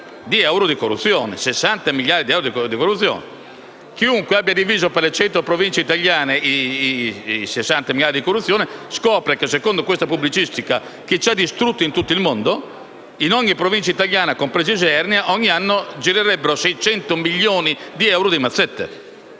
60 miliardi di euro in corruzione. Chiunque abbia diviso tale ammontare per le cento Province italiane scopre che secondo questa pubblicistica (che ci ha distrutto in tutto il mondo) in ogni Provincia italiana, compresa Isernia, ogni anno girerebbero 600 milioni di euro di mazzette;